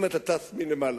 אם טסים מלמעלה.